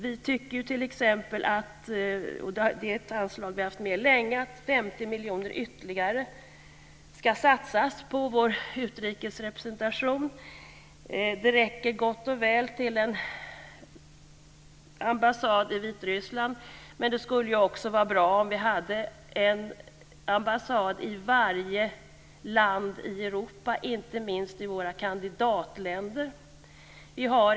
Vi tycker att 50 miljoner kronor ytterligare ska satsas på vår utrikesrepresentation. Det räcker gott och väl till en ambassad i Vitryssland. Det skulle också vara bra om vi hade en ambassad i varje land i Europa, inte minst i kandidatländerna.